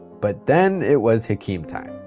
but then it was hakeem time.